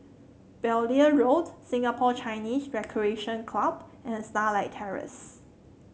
Beaulieu Road Singapore Chinese Recreation Club and Starlight Terrace